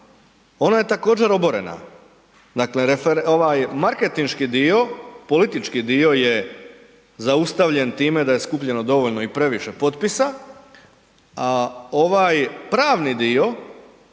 ona je također oborena. Dakle ovaj marketinški dio, politički dio je zaustavljen time da je skupljeno dovoljno i previše potpisa, a ovaj pravni dio